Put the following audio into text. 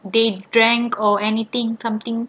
they drank or anything something